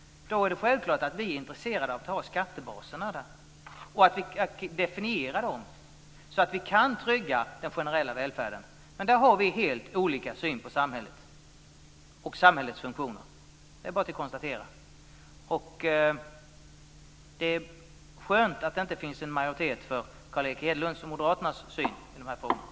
Därför är det självklart att vi är intresserade av att ha skattebaserna och av att definiera dem så att vi kan trygga den generella välfärden. Vi har alltså helt olika syn på samhället och dess funktioner. Det är bara att konstatera. Det är skönt att det inte finns en majoritet för Carl Erik Hedlunds och Moderaternas syn på de här frågorna.